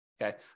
Okay